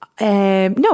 No